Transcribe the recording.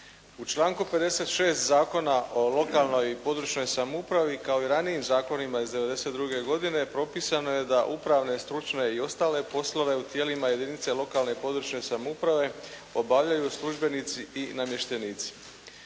U članku 56. Zakona o lokalnoj i područnoj samoupravi kao i ranijim zakonima iz 92. godine propisano je da upravne, stručne i ostale poslove u tijelima jedinica lokalne i područne samouprave obavljaju službenici i namještenici.